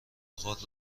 خود